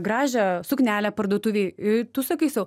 gražią suknelę parduotuvėj i tu sakai sau